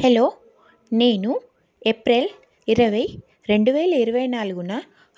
hello నేను April ఇరవై రెండు వేల ఇరవై నాలుగున